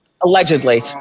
Allegedly